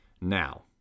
now